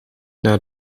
naar